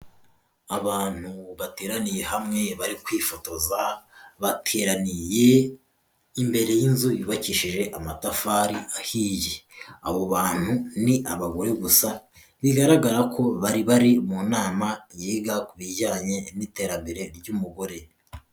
Abantu bateraniye hamwe bari kwifotoza, bateraniye imbere y'inzu yubakishije amatafari ahiye. Abo bantu ni abagore gusa, bigaragara ko bari bari mu nama yiga ku bijyanye n'iterambere ry'umugore.